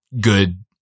good